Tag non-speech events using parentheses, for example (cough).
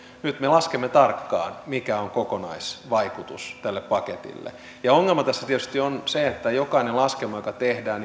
nyt me laskemme tarkkaan mikä on kokonaisvaikutus tälle paketille ongelma tässä tietysti on se että jokainen laskelma joka tehdään (unintelligible)